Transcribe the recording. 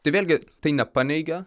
tai vėlgi tai nepaneigia